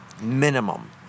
Minimum